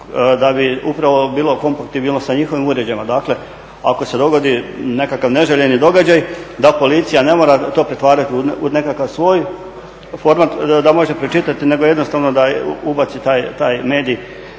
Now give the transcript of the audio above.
da bi upravo bilo kompatibilno sa njihovim uređajima. Dakle ako se dogodi nekakav neželjeni događaj da policija ne mora to pretvarati u nekakav svoj format da može pročitati nego jednostavno da ubaci taj medij